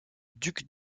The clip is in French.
duc